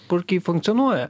puikiai funkcionuoja